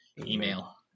Email